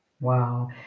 Wow